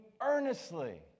earnestly